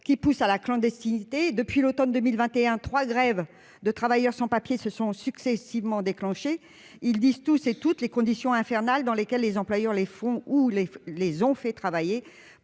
qui poussent à la clandestinité depuis l'Automne 2021 3 grèves de travailleurs sans-papiers se sont successivement déclenché il dit. Tous ces toutes les conditions infernales dans lesquelles les employeurs, les fonds ou les les ont fait travailler